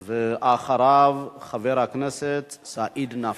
ואחריו, חבר הכנסת סעיד נפאע.